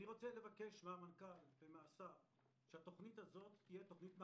אני רוצה לבקש מהמנכ"ל ומהשר שהתוכנית הזו תהיה תוכנית מערכתית.